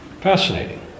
Fascinating